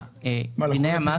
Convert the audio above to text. בדיני המס